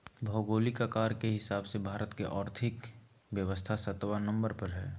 भौगोलिक आकार के हिसाब से भारत के और्थिक व्यवस्था सत्बा नंबर पर हइ